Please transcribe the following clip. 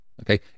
okay